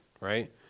right